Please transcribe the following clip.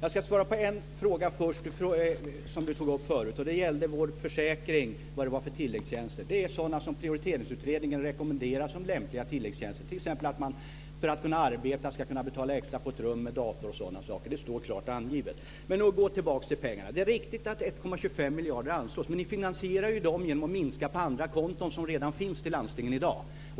Jag ska först svara på en fråga som Conny Öhman tog upp förut. Det gällde vår försäkring och tilläggstjänsterna. Det är sådana som Prioriteringsutredningen rekommenderar som lämpliga tilläggstjänster, t.ex. att man för att kunna arbeta ska kunna betala extra för ett rum med dator. Det står klart angivet. Nu går vi tillbaks till pengarna. Det är riktigt att 1,25 miljarder anslås, men ni finansierar ju dem genom att minska på andra konton som redan finns för landstingen i dag.